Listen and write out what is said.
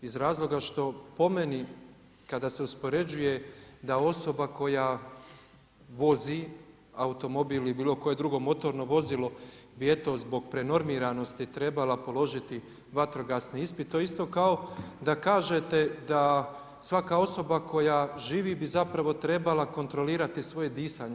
Iz razloga što po meni, kada se uspoređuje da osoba koja vozi automobil ili bilo koje drugo motorno vozilo, bi eto, zbog prenormiranosti trebala položiti vatrogasni ispit, to je isto kao da kažete da svaka osoba koja živi bi zapravo trebala kontrolirati svoje disanje.